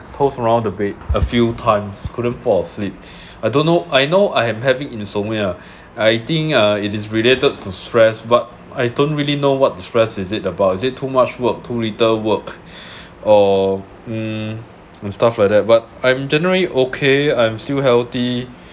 toss around the bed a few times couldn't fall asleep I don't know I know I am having insomnia I think uh it is related to stress but I don't really know what the stress is it about is it too much work too little work or hmm and stuff like that but I'm generally okay I'm still healthy